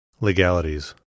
Legalities